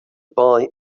boy